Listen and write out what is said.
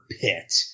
pit